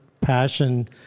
passion